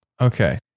Okay